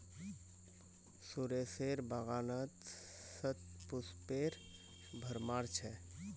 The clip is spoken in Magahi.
सुरेशेर बागानत शतपुष्पेर भरमार छ